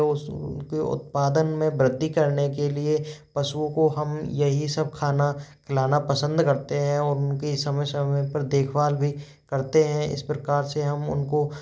उसके उत्पादन में वृद्धि करने के लिए पशुओं को हम यही सब खाना खिलाना पसंद करते हैं और उनकी समय समय पर देखभाल भी करते हैं इस प्रकार से हम उनको